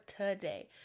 today